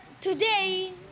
today